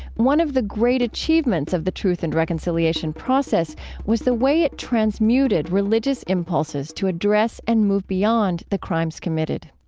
one of the great achievements of the truth and reconciliation process was the way it transmuted religious impulses to address and move beyond the crimes committed.